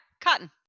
Cotton